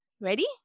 ready